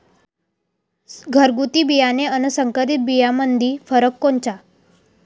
घरगुती बियाणे अन संकरीत बियाणामंदी फरक कोनचा?